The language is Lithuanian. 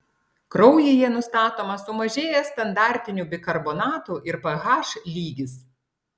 kraujyje nustatomas sumažėjęs standartinių bikarbonatų ir ph lygis